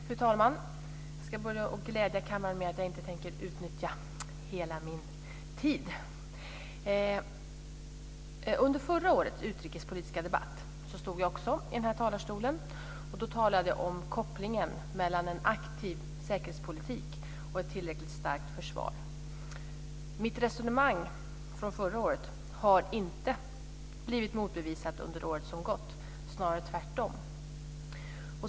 Fru talman! Jag ska först glädja kammaren med att säga att jag inte tänker utnyttja hela min talartid. Under förra årets utrikespolitiska debatt stod jag också i den här talarstolen. Då talade jag om kopplingen mellan en aktiv säkerhetspolitik och ett tillräckligt starkt försvar. Mitt resonemang från förra året har inte blivit motbevisat under året som gått, snarare tvärtom.